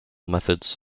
methods